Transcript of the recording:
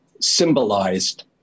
symbolized